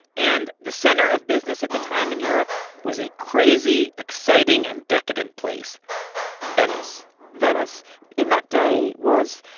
and the center of business at the time in europe was a crazy, exciting and decadent place venice venice in that day was,